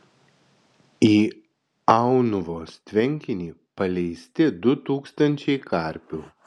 į aunuvos tvenkinį paleisti du tūkstančiai karpių